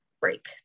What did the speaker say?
break